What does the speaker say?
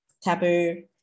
taboo